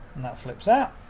and that flips out.